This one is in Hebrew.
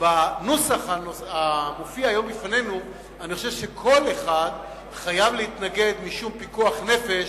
לנוסח המופיע היום בפנינו אני חושב שכל אחד חייב להתנגד משום פיקוח נפש,